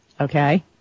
Okay